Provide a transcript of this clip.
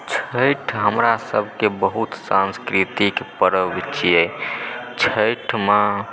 छठि हमरा सभकेँ बहुत सांस्कृतिक पर्व छियै छठिमे